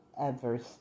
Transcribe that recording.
Adverse